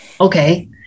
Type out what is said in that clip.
Okay